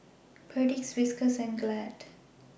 Perdix Whiskas and Glad